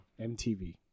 MTV